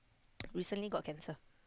recently got cancer